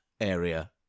area